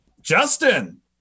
justin